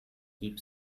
keep